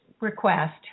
request